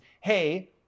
Hey